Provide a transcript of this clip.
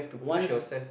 once